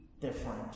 different